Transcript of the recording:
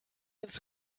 ins